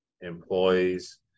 employees